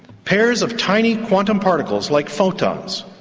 pairs of tiny quantum particles, like photons,